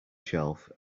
shelf